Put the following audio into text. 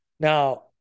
Now